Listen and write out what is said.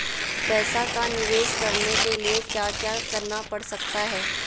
पैसा का निवेस करने के लिए क्या क्या करना पड़ सकता है?